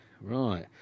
right